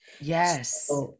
Yes